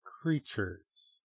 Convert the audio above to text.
Creatures